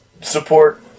support